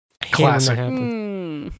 Classic